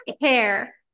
hair